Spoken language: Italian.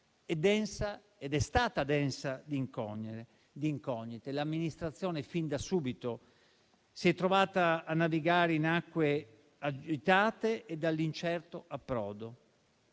ed è stata densa di incognite. L'amministrazione fin da subito si è trovata a navigare in acque agitate e dall'incerto approdo